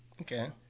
Okay